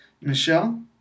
Michelle